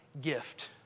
gift